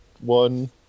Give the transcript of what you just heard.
one